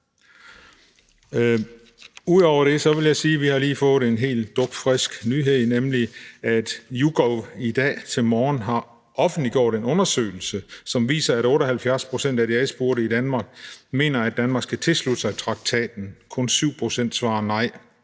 Ud over det vil jeg sige, at vi har fået en helt dugfrisk nyhed, nemlig at YouGov her til morgen har offentliggjort en undersøgelse, som viser, at 78 pct. af de adspurgte i Danmark mener, at Danmark skal tilslutte sig traktaten. Kun 7 pct. svarer nej.